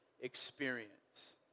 experience